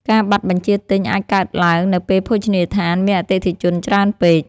ការបាត់បញ្ជាទិញអាចកើតឡើងនៅពេលភោជនីយដ្ឋានមានអតិថិជនច្រើនពេក។